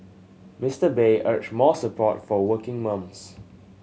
Mister Bay urged more support for working mums